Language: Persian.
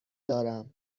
دارم